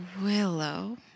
Willow